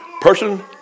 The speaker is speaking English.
person